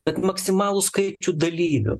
bet maksimalų skaičių dalyvių